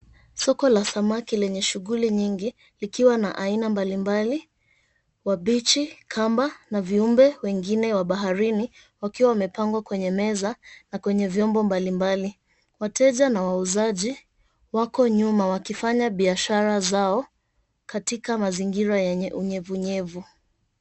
Soko la samaki lenye shughuli nyingi likiwa na aina mbalimbali wabichi, kamba na viumbe wengine wa baharini wakiwa wamepangwa kwenye meza na kwenye vyombo mbalimbali. Wateja na wauzaji wako nyuma wakifanya biashara zao katika mazingira yenye unyevunyevu.